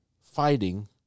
fighting